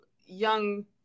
young